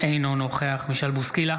אינו נוכח מישל בוסקילה,